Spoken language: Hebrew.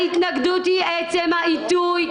ההתנגדות היא לעצם העיתוי,